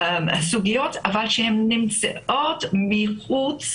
סוגיות שנמצאות מחוץ